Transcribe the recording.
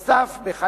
נוסף על כך,